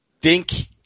Dink